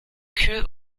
kühl